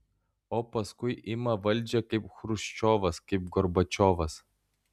o paskui ima valdžią kaip chruščiovas kaip gorbačiovas